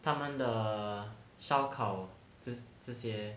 他们的烧烤这这些